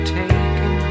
taken